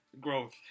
growth